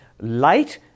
light